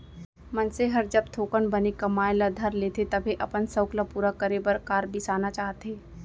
मनसे हर जब थोकन बने कमाए ल धर लेथे तभे अपन सउख ल पूरा करे बर कार बिसाना चाहथे